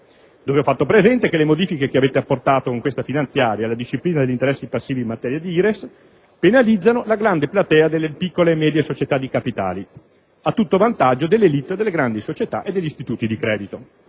dove ho fatto presente che le modifiche che avete apportato con questa finanziaria alla disciplina degli interessi passivi in materia di IRES penalizzano la grande platea delle piccole e medie società di capitali, a tutto vantaggio dell'*élite* delle grandi società e degli istituti di credito.